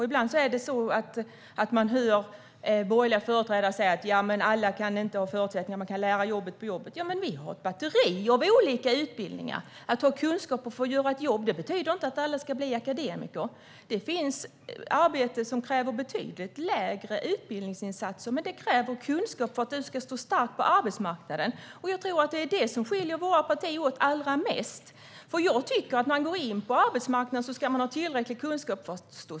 Ibland hör jag borgerliga företrädare säga att alla inte kan ha förutsättningar och att man kan lära sig jobbet på jobbet. Vi har ett batteri av olika utbildningar. Att människor ska ha kunskap och få göra ett jobb betyder inte att alla ska bli akademiker; det finns arbeten som kräver betydligt mindre utbildningsinsatser, men det krävs kunskap för att man ska stå stark på arbetsmarknaden. Jag tror att det är detta som skiljer våra partier åt allra mest. Jag tycker att man ska ha tillräcklig kunskap för att stå stark på arbetsmarknaden när man går in på den.